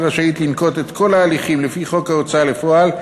רשאית לנקוט את כל ההליכים לפי חוק ההוצאה לפועל,